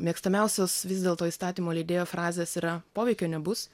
mėgstamiausios vis dėlto įstatymo leidėjo frazės yra poveikio nebus